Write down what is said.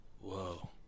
Whoa